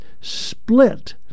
split